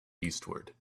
eastward